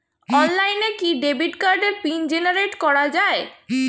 অনলাইনে কি ডেবিট কার্ডের পিন জেনারেট করা যায়?